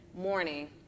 morning